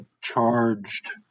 charged